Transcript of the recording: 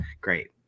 great